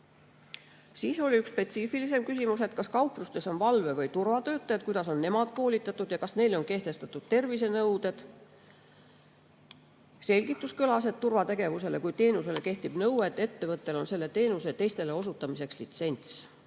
Siis oli üks spetsiifilisem küsimus, kas kauplustes on valve- või turvatöötajad, kuidas on nemad koolitatud ja kas neile on kehtestatud tervisenõuded. Selgitus kõlas, et turvategevusele kui teenusele kehtib nõue, et ettevõttel on selle teenuse teistele osutamiseks litsents.